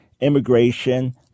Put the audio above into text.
immigration